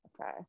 okay